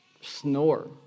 snore